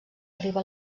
arriba